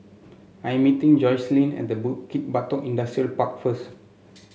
I meeting Jocelyne at Bukit Batok Industrial Park first